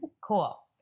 Cool